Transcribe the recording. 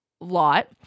lot